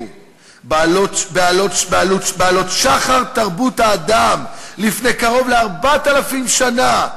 בעלות שחר תרבות האדם לפני קרוב ל-4,000 שנה,